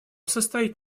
состоит